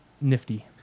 nifty